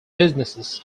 businesses